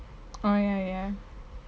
oh ya ya